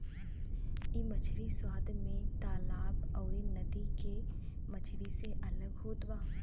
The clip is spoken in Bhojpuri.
इ मछरी स्वाद में तालाब अउरी नदी के मछरी से अलग होत बा